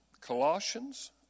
Colossians